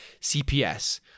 CPS